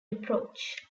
approach